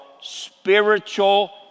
spiritual